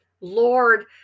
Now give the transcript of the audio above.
Lord